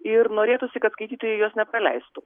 ir norėtųsi kad skaitytojai jos nepraleistų